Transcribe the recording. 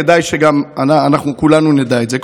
כדאי שגם אנחנו כולנו נדע את זה,